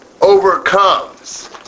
overcomes